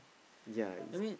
ya